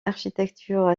architecture